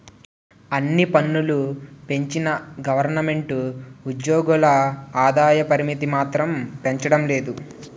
అన్ని పన్నులూ పెంచిన గవరమెంటు ఉజ్జోగుల ఆదాయ పరిమితి మాత్రం పెంచడం లేదు